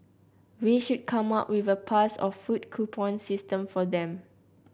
we should come up with a pass or food coupon system for them